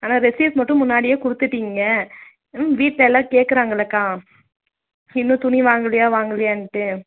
ஆனால் ரெசிப்ட் மட்டும் முன்னாடியே கொடுத்துட்டீங்க ம் வீட்டில் எல்லாம் கேட்குறாங்கள்லக்கா இன்னும் துணி வாங்கலையா வாங்கலையான்ட்டு